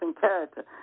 character